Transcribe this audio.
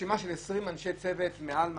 רשימה של 20 אנשי צוות מעל מה